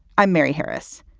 i'm mary harris.